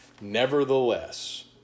Nevertheless